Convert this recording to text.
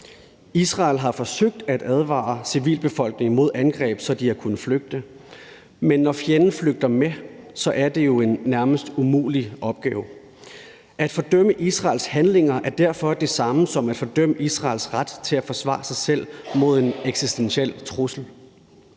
Israel har forsøgt at advare civilbefolkningen mod angreb, så de har kunnet flygte, men når fjenden flygter med, er det jo en nærmest umulig opgave. At fordømme Israels handlinger er derfor det samme som at fordømme Israels ret til at forsvare sig selv mod en eksistentiel trussel.